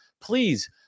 please